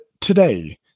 today